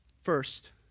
First